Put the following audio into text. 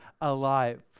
alive